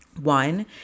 One